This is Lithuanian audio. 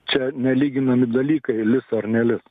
čia nelyginami dalykai lis ar nelis